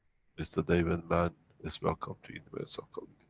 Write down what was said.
it's the day when man is welcome to universal